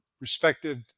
respected